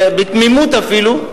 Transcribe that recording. בתמימות אפילו,